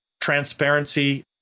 transparency